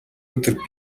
өдөр